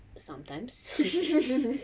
sometimes